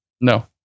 no